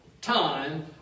time